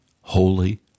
Holy